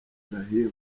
ibrahim